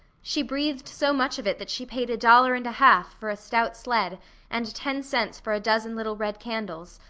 she breathed so much of it that she paid a dollar and a half for a stout sled and ten cents for a dozen little red candles,